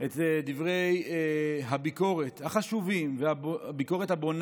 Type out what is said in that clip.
את דברי הביקורת החשובים והביקורת הבונה